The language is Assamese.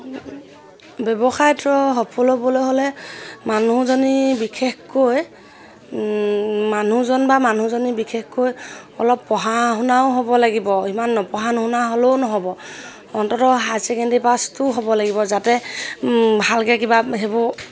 ব্যৱসায়ত সফল হ'বলৈ হ'লে মানুহজনী বিশেষকৈ মানুহজন বা মানুহজনী বিশেষকৈ অলপ পঢ়া শুনাও হ'ব লাগিব ইমান নপঢ়া নুশুনা হ'লেও নহ'ব অন্ততঃ হায়াৰ ছেকেণ্ডেৰী পাছটো হ'ব লাগিব যাতে ভালকে কিবা সেইবোৰ